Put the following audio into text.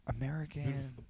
American